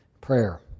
Prayer